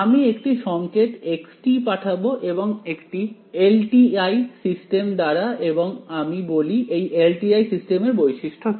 আমি একটি সংকেত x পাঠাবো একটি এলটিআই সিস্টেম দ্বারা এবং আমি বলি এই এলটিআই সিস্টেমের বৈশিষ্ট্য কি